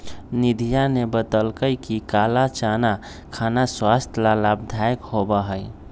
निधिया ने बतल कई कि काला चना खाना स्वास्थ्य ला लाभदायक होबा हई